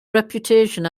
reputation